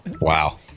Wow